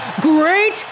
Great